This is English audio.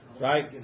Right